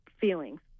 feelings